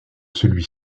celui